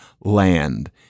land